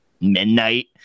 midnight